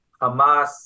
Hamas